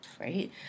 right